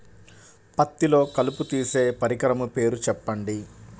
పత్తిలో కలుపు తీసే పరికరము పేరు చెప్పండి